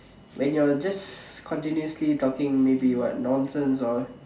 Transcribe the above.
when you're just continuously talking maybe what nonsense or